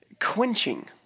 quenching